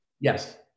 Yes